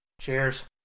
Cheers